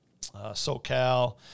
SoCal